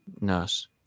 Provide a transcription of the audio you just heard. nurse